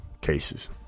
cases